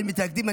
אין מתנגדים.